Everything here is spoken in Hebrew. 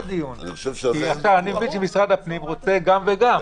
אני מבין שמשרד הפנים רוצה גם וגם.